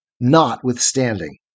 notwithstanding